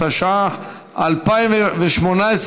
התשע"ח 2018,